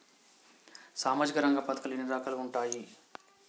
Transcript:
సామాజిక రంగ పథకాలు ఎన్ని రకాలుగా ఉంటాయి?